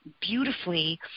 beautifully